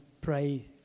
pray